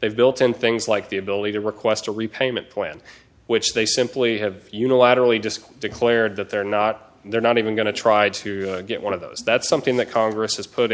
they've built in things like the ability to request a repayment plan which they simply have unilaterally disk declared that they're not they're not even going to try to get one of those that's something that congress has put